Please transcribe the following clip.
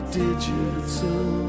digital